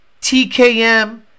TKM